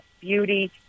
beauty